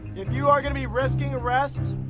if you are going to be risking arrest,